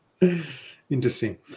Interesting